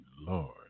Lord